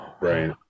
Right